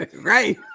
Right